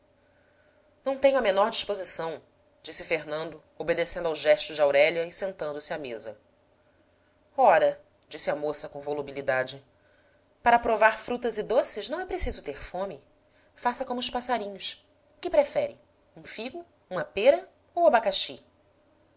não tenho a menor disposição disse fernando obedecendo ao gesto de aurélia e sentando-se à mesa ora disse a moça com volubilidade para provar frutas e doces não é preciso ter fome faça como os passarinhos o que prefere um figo uma pêra ou o abacaxi